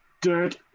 dirt